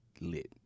lit